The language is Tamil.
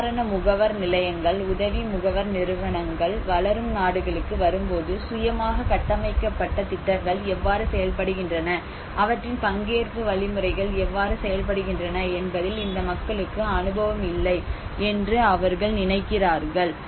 நிவாரண முகவர் நிலையங்கள் உதவி முகவர் நிறுவனங்கள் வளரும் நாடுகளுக்கு வரும்போது சுயமாக கட்டமைக்கப்பட்ட திட்டங்கள் எவ்வாறு செயல்படுகின்றன அவற்றின் பங்கேற்பு வழிமுறைகள் எவ்வாறு செயல்படுகின்றன என்பதில் இந்த மக்களுக்கு அனுபவம் இல்லை என்று அவர்கள் நினைக்கிறார்கள்